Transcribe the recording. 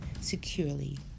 securely